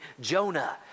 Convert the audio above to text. Jonah